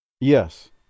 Yes